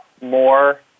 more